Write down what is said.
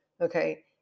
Okay